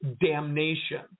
damnation